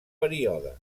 període